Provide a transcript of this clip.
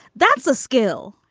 that's a skill.